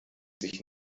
sich